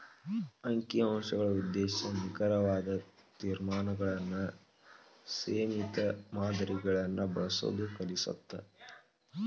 ಅಂಕಿ ಅಂಶಗಳ ಉದ್ದೇಶ ನಿಖರವಾದ ತೇರ್ಮಾನಗಳನ್ನ ಸೇಮಿತ ಮಾದರಿಗಳನ್ನ ಬಳಸೋದ್ ಕಲಿಸತ್ತ